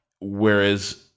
whereas